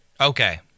Okay